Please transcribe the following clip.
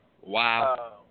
Wow